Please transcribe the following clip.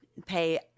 pay